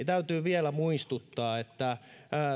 täytyy vielä muistuttaa että